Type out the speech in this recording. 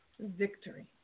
victory